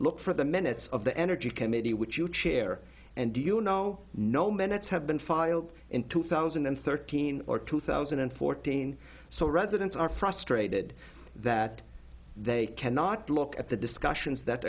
look for the minutes of the energy committee which you chair and do you know no minutes have been filed in two thousand and thirteen or two thousand and fourteen so residents are frustrated that they cannot look at the discussions that